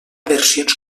versions